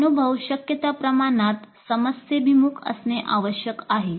अनुभव शक्य त्या प्रमाणात समस्येभिमुख असणे आवश्यक आहे